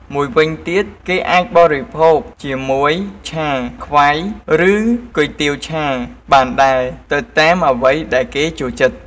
មួយវិញទៀតគេអាចបរិភោគជាមួយឆាខ្វៃ ឬគុយទាវឆា បានដែរទៅតាមអ្វីដែរគេចូលចិត្ត។